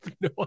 no